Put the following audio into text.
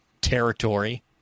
territory